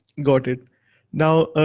got it now,